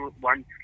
one